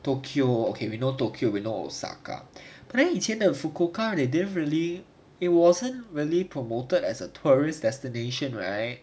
tokyo okay we know tokyo we know osaka but then 以前的 fukuoka they didn't really it wasn't really promoted as a tourist destination right